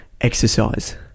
exercise